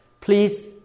please